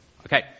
Okay